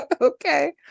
Okay